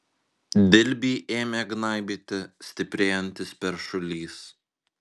dilbį ėmė gnaibyti stiprėjantis peršulys